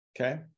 Okay